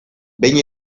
behin